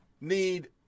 need